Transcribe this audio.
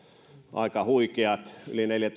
aika huikeat yli neljä